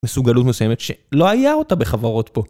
מסוגלות מסוימת שלא היה אותה בחברות פה.